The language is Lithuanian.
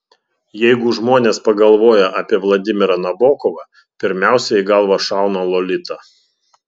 jeigu žmonės pagalvoja apie vladimirą nabokovą pirmiausia į galvą šauna lolita